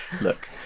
Look